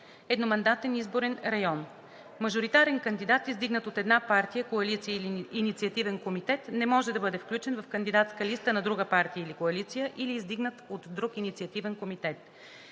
едномандатен изборен район. Мажоритарен кандидат, издигнат от една партия, коалиция или инициативен комитет, не може да бъде включен в кандидатска листа на друга партия или коалиция, или издигнат от друг инициативен комитет.